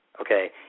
okay